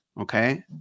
Okay